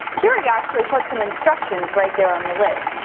keurig actually puts some instructions right there on the lid.